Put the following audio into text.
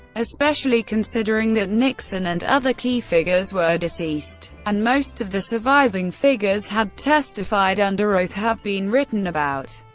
especially considering that nixon and other key figures were deceased, and most of the surviving figures had testified under oath, have been written about,